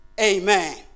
Amen